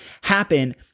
happen